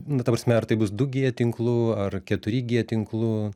na ta prasme ar tai bus du gie tinklu ar keturi gie tinklu